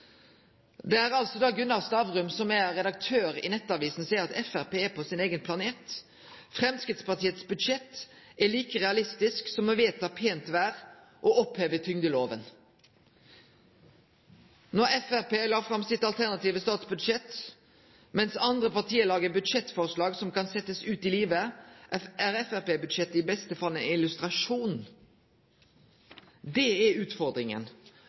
Gunnar Stavrum, som er redaktør i Nettavisen, seier: «Frp på sin egen planet. Fremskrittspartiets budsjett er like realistisk som å vedta pent vær og oppheve tyngdeloven. I dag la Frp frem sitt alternative statsbudsjett. Mens andre partier lager budsjettforslag som kan settes ut i livet, er Frp-budsjettet i beste fall en illustrasjon.» Det er